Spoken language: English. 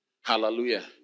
Hallelujah